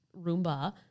Roomba